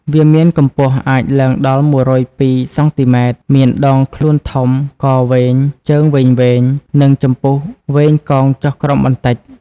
វាមានកម្ពស់អាចឡើងដល់ ១០២ សង់ទីម៉ែត្រ មានដងខ្លួនធំ កវែង ជើងវែងៗ និងចំពុះវែងកោងចុះក្រោមបន្តិច។